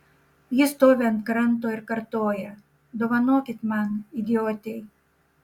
ji stovi ant kranto ir kartoja dovanokit man idiotei